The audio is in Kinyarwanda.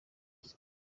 mizi